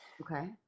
Okay